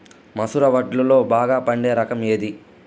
మసూర వడ్లులో బాగా పండే రకం ఏది?